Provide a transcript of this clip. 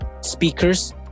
speakers